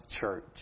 church